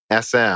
SM